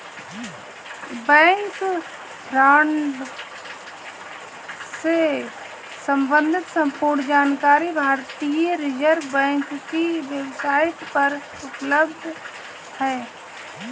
bank fraud से सम्बंधित संपूर्ण जानकारी भारतीय रिज़र्व बैंक की वेब साईट पर उपलब्ध है